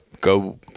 go